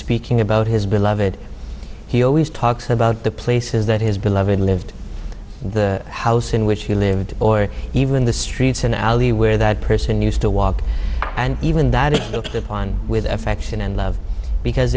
speaking about his beloved he always talks about the places that his beloved lived the house in which he lived or even the streets in the alley where that person used to walk and even that it looked upon with affection and love because